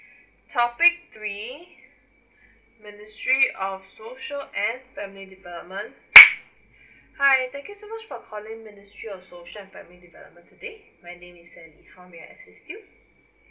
topic three ministry of social and family development hi thank you so much for calling ministry of social and family development today my name is an yee fong how may I assist you